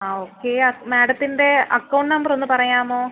ആ ഓക്കെ ആ മാഡത്തിൻ്റെ അക്കൗണ്ട് നമ്പർ ഒന്ന് പറയാമോ